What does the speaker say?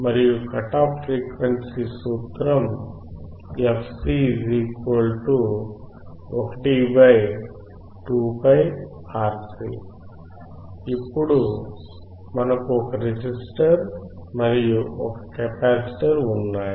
మరియు cut off frequency సూత్రం fc12πRC ఇప్పుడు మనకు ఒక రెసిస్టర్ మరియు ఒక కెపాసిటర్ ఉన్నాయి